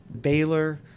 Baylor